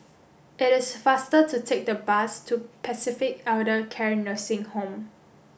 it is faster to take the bus to Pacific Elder Care Nursing Home